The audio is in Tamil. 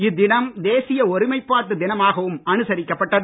இத்தினம் தேசிய ஒருமைப்பாட்டு தினமாகவும் அனுசரிக்கப்பட்டது